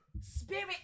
Spirit